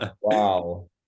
wow